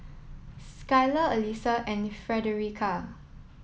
Skyler Alysa and Fredericka